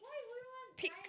peak